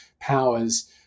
powers